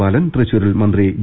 ബാലൻ തൃശൂരിൽ മന്ത്രി വി